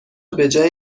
بجای